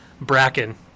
Bracken